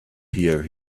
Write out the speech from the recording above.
here